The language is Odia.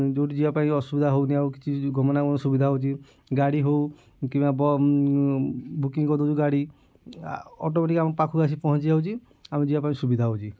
ଯେଉଁଠି ଯିବା ପାଇଁ ଅସୁବିଧା ହେଉନି ଆଉ କିଛି ଗମନାଗମନ ସୁବିଧା ହେଉଛି ଗାଡ଼ି ହେଉ କିମ୍ବା ବୁକିଙ୍ଗ୍ କରିଦେଉଛୁ ଗାଡ଼ି ଆଉ ଅଟୋମେଟିକ୍ ଆମ ପାଖକୁ ଆସିକି ପହଞ୍ଚି ଯାଉଛି ଆମକୁ ଯିବା ପାଇଁ ସୁବିଧା ହେଉଛି